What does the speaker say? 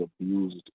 abused